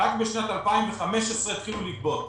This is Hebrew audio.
רק בשנת 2015 התחילו לגבות,